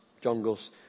jungles